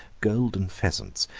golden pheasants,